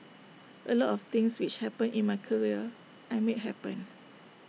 A lot of things which happened in my career I made happen